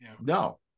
No